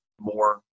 more